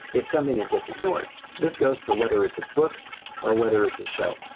it's something that gets ignored. this goes for whether it's a book or whether it's a show.